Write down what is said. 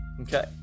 Okay